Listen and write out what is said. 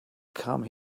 come